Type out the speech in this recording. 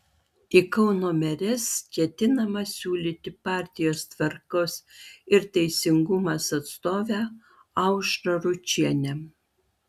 į kauno meres ketinama siūlyti partijos tvarkos ir teisingumas atstovę aušrą ručienę